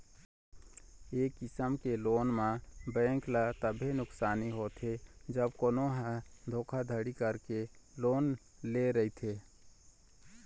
ए किसम के लोन म बेंक ल तभे नुकसानी होथे जब कोनो ह धोखाघड़ी करके लोन ले रहिथे